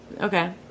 Okay